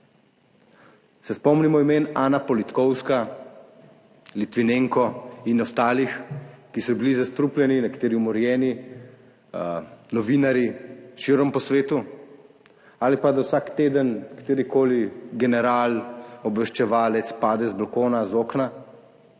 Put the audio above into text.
se spomnimo imen Ana Politkovska, Litvinenko in ostalih, ki so bili zastrupljeni, nekateri umorjeni novinarji širom po svetu ali pa da vsak teden katerikoli general obveščevalec pade z balkona, z okna.